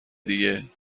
دیگه